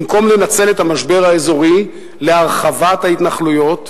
במקום לנצל את המשבר האזורי להרחבת ההתנחלויות,